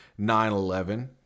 9-11